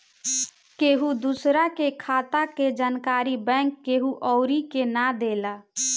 केहू दूसरा के खाता के जानकारी बैंक केहू अउरी के ना देला